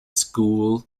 school